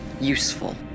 useful